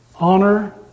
Honor